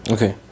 Okay